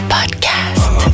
Podcast